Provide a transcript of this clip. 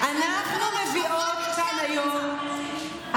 אדוני היושב-ראש,